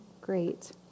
great